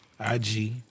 IG